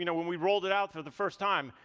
you know when we rolled it out for the first time,